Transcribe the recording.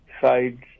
sides